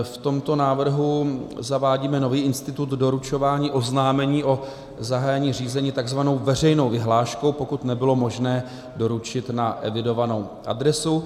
V tomto návrhu zavádíme nový institut doručování oznámení o zahájení řízení takzvanou veřejnou vyhláškou, pokud nebylo možné doručit na evidovanou adresu.